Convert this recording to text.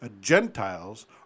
Gentiles